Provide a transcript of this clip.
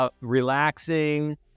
Relaxing